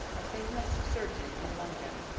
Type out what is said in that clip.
a famous surgeon in london.